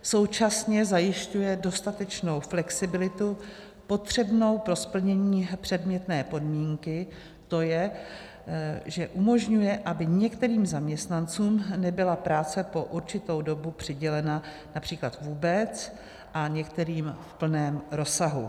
Současně zajišťuje dostatečnou flexibilitu potřebnou pro splnění předmětné podmínky, to je, že umožňuje, aby například některým zaměstnancům nebyla práce po určitou dobu přidělena vůbec a některým v plném rozsahu.